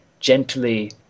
gently